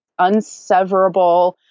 unseverable